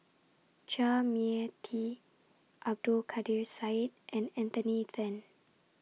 Chua Mia Tee Abdul Kadir Syed and Anthony Then